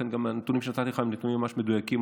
לכן גם הנתונים שנתתי לך הם נתונים ממש מדויקים,